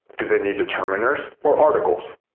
do they need determiners or articles?